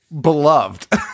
beloved